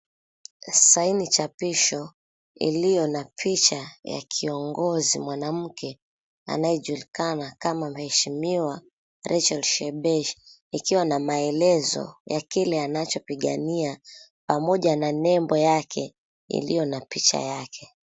Sahi nichapishilo ilio na picha ya kiongozi mwanamke anayejulikana kama mweshimiwa Rachel Shebeshi ikiwa na maelezo ya kile anacho pigania pamoja na nembo yake ilio na picha yake.